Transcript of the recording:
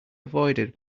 avoided